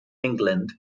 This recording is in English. england